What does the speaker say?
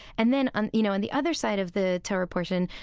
and then on, you know, on the other side of the torah portion,